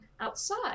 outside